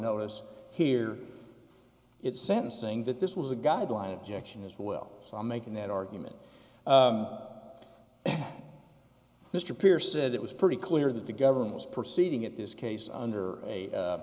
notice here it's sentencing that this was a guideline objection as well so i'm making that argument mr pearce it was pretty clear that the government was proceeding at this case under a